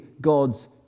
God's